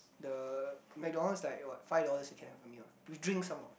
the McDonald is like what five dollars you can have a meal with drinks some more